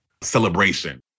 celebration